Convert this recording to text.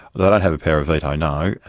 they don't have a power of veto, no.